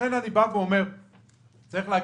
לכן אני בא ואומר שצריך להגיד,